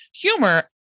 humor